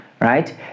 right